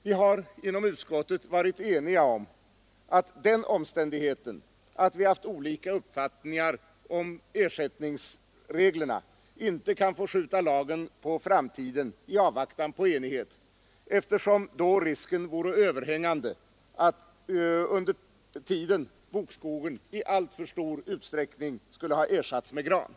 Vi har inom utskottet varit eniga om att den omständigheten att vi haft olika uppfattningar om ersättningsreglerna inte kan motivera att skjuta lagen på framtiden i avvaktan på enighet, eftersom då risken vore överhängande att under tiden bokskogen i alltför stor utsträckning skulle ha ersatts med gran.